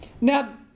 Now